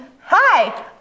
Hi